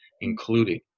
including